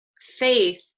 faith